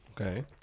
Okay